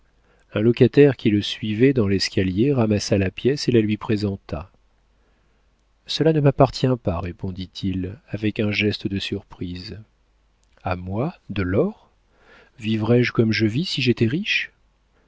un locataire qui le suivait dans l'escalier ramassa la pièce et la lui présenta cela ne m'appartient pas répondit-il avec un geste de surprise a moi de l'or vivrais-je comme je vis si j'étais riche